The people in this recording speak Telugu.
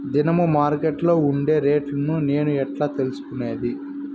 దినము మార్కెట్లో ఉండే రేట్లని నేను ఎట్లా తెలుసుకునేది?